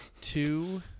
two